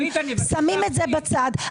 שמים את זה בצד.